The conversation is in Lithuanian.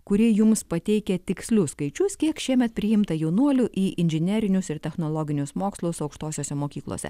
kuri jums pateikė tikslius skaičius kiek šiemet priimta jaunuolių į inžinerinius ir technologinius mokslus aukštosiose mokyklose